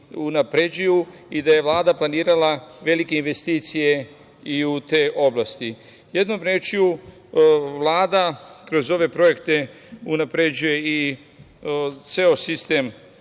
i da je Vlada planirala velike investicije i u te oblasti. Jednom rečju, Vlada kroz ove projekte unapređuje i ceo sistem